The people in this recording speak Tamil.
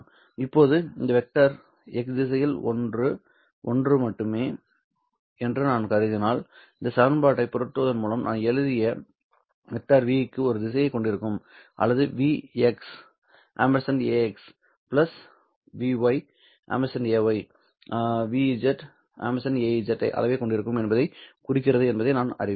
இப்போது இந்த வெக்டர் x திசையில் ஒன்று ஒன்று மட்டுமே என்று நான் கருதினால் இந்த சமன்பாட்டை புரட்டுவதன் மூலம் நான் எழுதியது வெக்டர் 'v க்கு ஒரு திசையைக் கொண்டிருக்கும் அல்லது vx ax ¿vy ay ¿v az அளவைக் கொண்டிருக்கும் என்பதைக் குறிக்கிறது என்பதை நான் அறிவேன்